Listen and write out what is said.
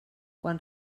quan